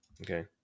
Okay